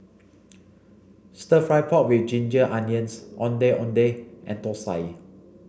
stir fry pork with ginger onions Ondeh Ondeh and Thosai